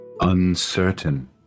Uncertain